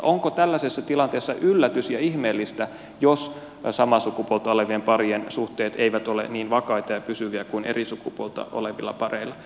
onko tällaisessa tilanteessa yllätys ja ihmeellistä jos samaa sukupuolta olevien parien suhteet eivät ole niin vakaita ja pysyviä kuin eri sukupuolta olevilla pareilla